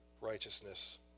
righteousness